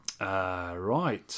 Right